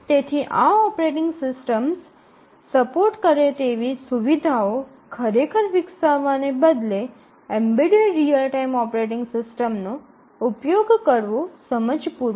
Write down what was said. તેથી આ operating systems support કરે તેવી સુવિધાઓ ખરેખર વિકસાવવાને બદલે એમ્બેડેડ રીઅલ ટાઇમ ઓપરેટિંગ સિસ્ટમનો ઉપયોગ કરવો સમજપૂર્વક છે